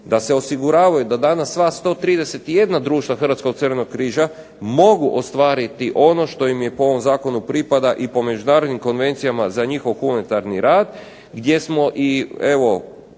da se osiguravaju do danas sva 131 društva Hrvatskog Crvenog križa mogu ostvariti ono što im po ovom zakonu pripada i po međunarodnim konvencijama za njihov humanitarni rad gdje smo, i evo